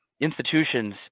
Institutions